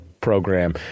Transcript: program